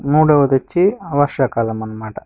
మూడోవది వచ్చి వర్షాకాలం అన్నమాట